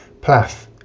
Plath